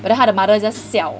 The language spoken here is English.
but then 他的 mother just 笑